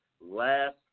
last